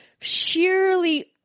sheerly